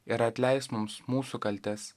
ir atleisk mums mūsų kaltes